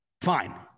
fine